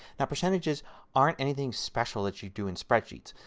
now percentages aren't anything special that you do in spreadsheets.